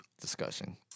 discussion